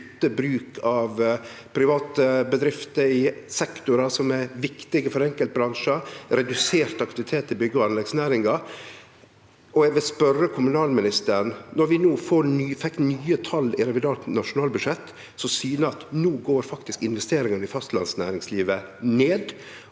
bruk av private bedrifter i sektorar som er viktige for enkeltbransjar, og ein opplever redusert aktivitet i byggje- og anleggsnæringa. Eg vil spørje kommunalministeren: Når vi no fekk nye tal i revidert nasjonalbudsjett som syner at investeringane i fastlandsnæringslivet